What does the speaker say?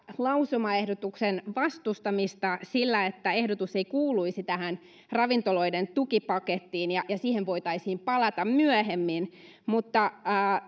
lausumaehdotuksen vastustamista sillä että ehdotus ei kuuluisi tähän ravintoloiden tukipakettiin ja ja siihen voitaisiin palata myöhemmin mutta